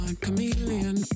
chameleon